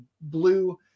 blue